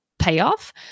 Payoff